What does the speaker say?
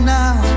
now